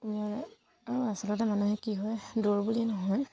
আৰু আচলতে মানুহে কি হয় দৌৰ বুলিয়েই নহয়